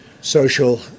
social